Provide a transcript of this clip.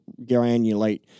granulate